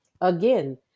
Again